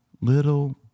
Little